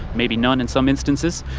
maybe none in some instances.